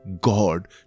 God